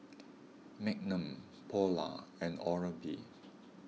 Magnum Polar and Oral B